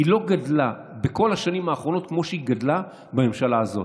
היא לא גדלה בכל השנים האחרונות כמו שהיא גדלה בממשלה הזאת.